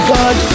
God